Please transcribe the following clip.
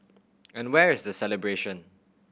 and where is the celebration